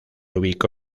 ubicó